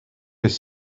des